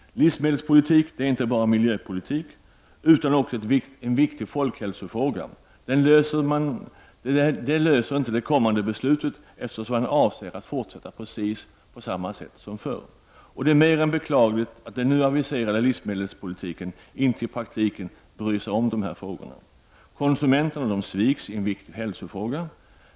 Livsmedelspolitik är inte bara miljöpolitik utan också en viktig folkhälsofråga. Den frågan löser man inte genom det kommande beslutet, eftersom man avser att fortsätta precis på samma sätt som förr. Det är mer än beklagligt att den nu aviserade livsmedelspolitiken inte i praktiken bryr sig om dessa frågor. Konsumenterna sviks i en viktig hälsofråga.